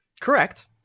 Correct